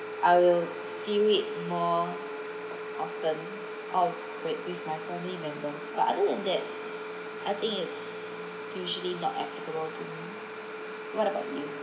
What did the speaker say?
I will feel it more often um when with my family members but other than that I think it's usually not applicable to me what about you